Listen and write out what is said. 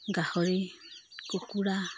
গাহৰি কুকুৰা